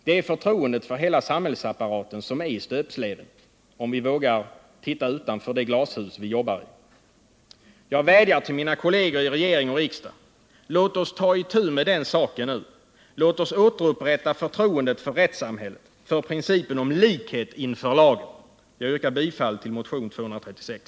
Det är förtroendet för hela samhällsapparaten som är i stöpsleven, något som vi kan konstatera om vi vågar titta utanför det glashus som vi jobbar i. Jag vädjar till mina kolleger i regering och riksdag: Låt oss ta itu med saken, låt oss återupprätta förtroendet för rättssamhället, för principen om likhet inför lagen. Herr talman! Jag yrkar bifall till motionen 236.